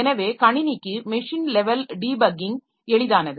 எனவே கணினிக்கு machine level debugging எளிதானது